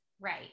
Right